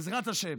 בעזרת השם,